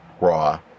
raw